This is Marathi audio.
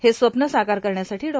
हे स्वप्न साकार करण्यासाठी डॉ